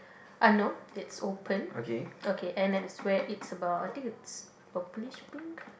uh no it's open okay and then it's where it's about I think it's purplish pink